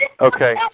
Okay